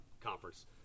conference